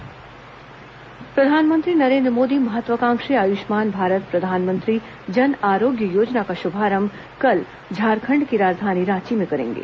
प्रधानमंत्री जन आरोग्य योजना प्रधानमंत्री नरेन्द्र मोदी महत्वाकांक्षी आयुष्मान भारत प्रधानमंत्री जन आरोग्य योजना का शुभारम्भ कल झारखंड की राजधानी रांची में करेंगे